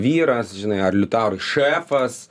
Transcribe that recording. vyras žinai ar liutaurai šefas